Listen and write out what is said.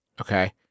okay